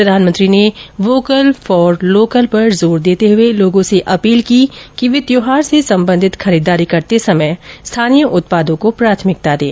प्रधानमंत्री ने vocal for local पर जोर देते हुए लोगों से अपील की कि वे त्यौहार से सम्बन्धित खरीददारी करते समय स्थानीय उत्पादों को प्राथमिकता दें